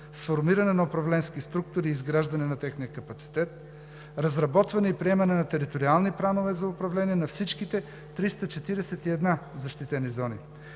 сформиране на управленски структури и изграждане на техния капацитет; разработване и приемане на териториални планове за управление на всичките 341 защитени зони,